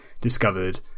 discovered